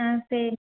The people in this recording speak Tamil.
ஆ சரி